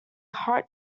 heart